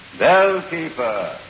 Bellkeeper